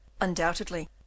undoubtedly